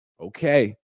Okay